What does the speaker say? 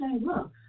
Look